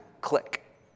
Click